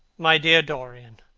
my dear dorian,